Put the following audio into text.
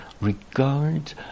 regard